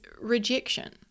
rejection